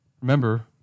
remember